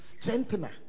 strengthener